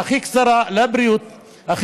הכי קצרה להיות דיקטטור,